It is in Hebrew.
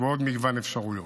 ועוד מגוון אפשרויות.